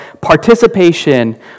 participation